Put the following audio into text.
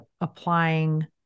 applying